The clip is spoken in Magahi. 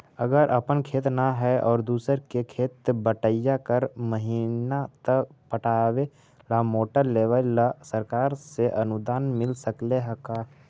अगर अपन खेत न है और दुसर के खेत बटइया कर महिना त पटावे ल मोटर लेबे ल सरकार से अनुदान मिल सकले हे का?